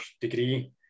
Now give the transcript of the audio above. degree